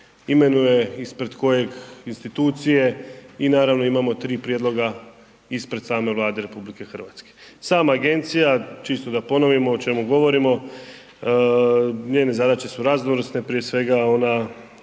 imenuje ispred kojeg institucije i naravno imamo 3 prijedloga ispred same Vlade RH. Sama agencija, čisto da ponovimo o čemu govorimo, njene zadaću su raznovrsne, prije svega, ona,